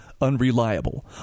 unreliable